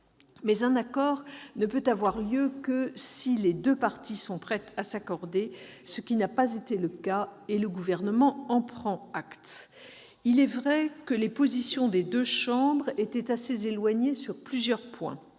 un accord ne peut avoir lieu que si les deux parties sont prêtes à s'accorder, ce qui n'a pas été le cas, et le Gouvernement en prend acte. Il est vrai que les positions des deux chambres étaient assez éloignées sur plusieurs points